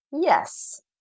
Yes